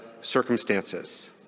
circumstances